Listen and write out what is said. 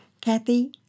Kathy